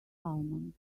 almond